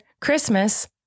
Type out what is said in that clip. Christmas